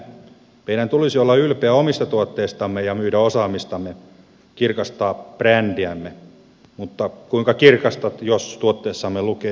meidän tulisi olla ylpeä omista tuotteistamme ja myydä osaamistamme kirkastaa brändiämme mutta kuinka kirkastat jos tuotteessamme lukee